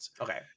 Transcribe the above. Okay